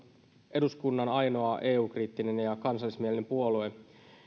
eduskunnan ainoa eu kriittinen ja kansallismielinen puolue